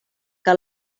que